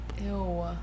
Ew